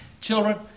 children